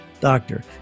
doctor